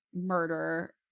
murder